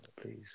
please